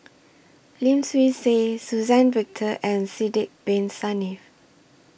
Lim Swee Say Suzann Victor and Sidek Bin Saniff